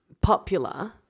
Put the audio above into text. popular